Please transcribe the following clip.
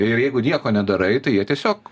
ir jeigu nieko nedarai tai jie tiesiog